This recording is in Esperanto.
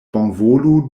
bonvolu